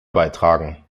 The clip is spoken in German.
beitragen